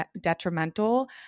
detrimental